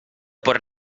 por